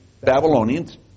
Babylonians